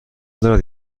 دارد